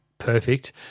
Perfect